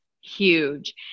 huge